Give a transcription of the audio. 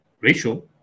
ratio